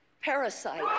Parasite